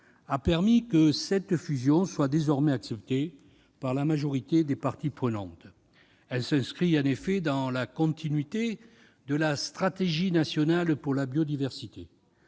a permis à cette fusion d'être désormais acceptée par la majorité des parties prenantes. Cette opération s'inscrit en effet dans la continuité de la stratégie nationale pour la biodiversité.